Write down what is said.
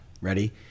Ready